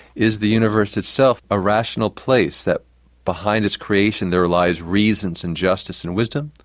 is the universe itself a rational place that behind its creation there lies reasons and justice and wisdom?